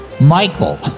Michael